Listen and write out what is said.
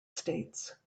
states